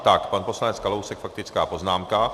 Tak pan poslanec Kalousek faktická poznámka.